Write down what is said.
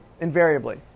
invariably